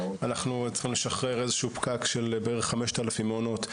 אנחנו צריכים לשחרר איזשהו פקק של בערך 5,000 מעונות,